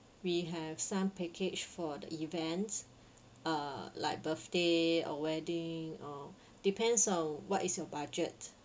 we have some package for the events uh like birthday or wedding or depends on what is your budget